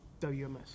WMS